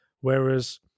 Whereas